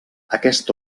aquest